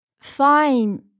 Fine